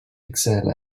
excel